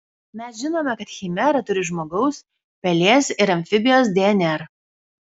mes žinome kad chimera turi žmogaus pelės ir amfibijos dnr